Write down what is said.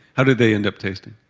how did they end up tasting?